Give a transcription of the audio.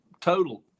total